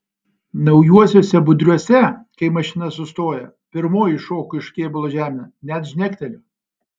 naujuosiuose budriuose kai mašina sustoja pirmoji šoku iš kėbulo žemėn net žnekteliu